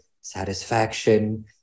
satisfaction